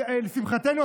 לשמחתנו,